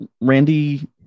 Randy